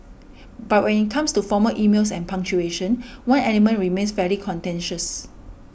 but when it comes to formal emails and punctuation one element remains fairly contentious